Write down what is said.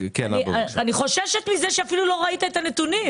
אני חוששת מזה שאפילו לא ראית את הנתונים.